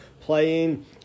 playing